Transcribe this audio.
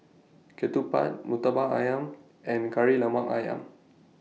Ketupat Murtabak Ayam and Kari Lemak Ayam